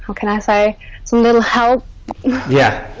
can i say some little help yeah